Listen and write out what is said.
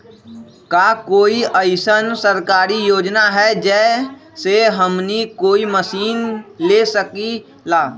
का कोई अइसन सरकारी योजना है जै से हमनी कोई मशीन ले सकीं ला?